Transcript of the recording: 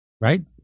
Right